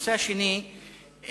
הנושא השני,